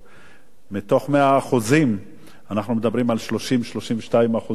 מתוך 100% אנחנו מדברים על 30% 32%. זאת אומרת,